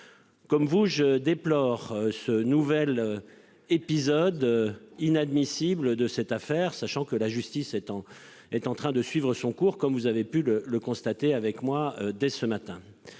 Comme vous je déplore ce nouvel. Épisode inadmissible de cette affaire sachant que la justice étant est en train de suivre son cours comme vous avez pu le le constater avec moi dès ce matin.